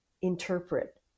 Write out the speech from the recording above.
interpret